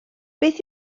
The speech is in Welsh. beth